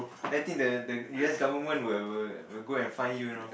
I think the the U_S government will will will go and find you you know